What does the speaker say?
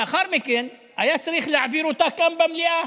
לאחר מכן היה צריך להעביר אותה כאן במליאה.